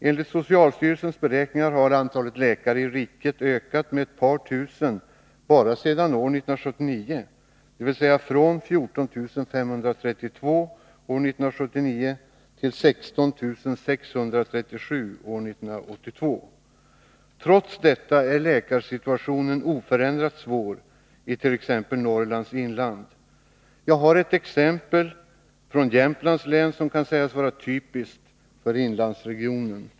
Enligt socialstyrelsens beräkningar har antalet läkare i riket ökat med ett par tusen bara sedan år 1979, dvs. från 14 532 år 1979 till 16 637 år 1982. Trots detta är läkarsituationen oförändrat svår i t.ex. Norrlands inland. Jag har ett exempel från Jämtlands län, som kan sägas vara typiskt för inlandsregionen.